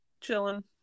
chilling